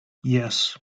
yes